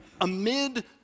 amid